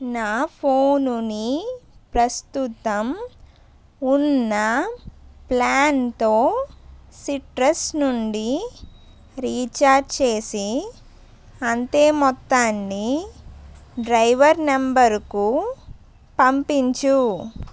నా ఫోనుని ప్రస్తుతం ఉన్న ప్ల్యాన్తో సిట్రస్ నుండి రీఛార్జ్ చేసి అంతే మొత్తాన్ని డ్రైవరు నంబరుకు పంపించు